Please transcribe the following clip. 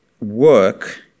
work